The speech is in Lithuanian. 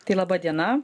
tai laba diena